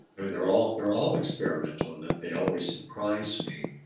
they're all they're all experimental and that they always surprise me.